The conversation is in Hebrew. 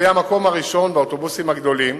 זה יהיה המקום הראשון שבאוטובוסים הגדולים